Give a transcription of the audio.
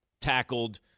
tackled –